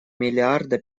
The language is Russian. миллиарда